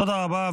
תודה רבה.